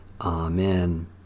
Amen